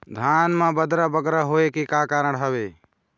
धान म बदरा बगरा होय के का कारण का हवए?